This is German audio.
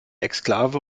exklave